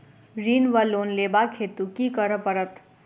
ऋण वा लोन लेबाक हेतु की करऽ पड़त?